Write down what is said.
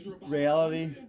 reality